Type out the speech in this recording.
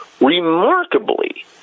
remarkably